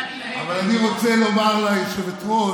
אבל אני רוצה לומר ליושבת-ראש,